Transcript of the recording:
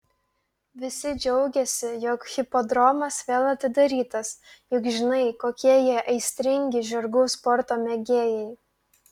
visi džiaugiasi jog hipodromas vėl atidarytas juk žinai kokie jie aistringi žirgų sporto mėgėjai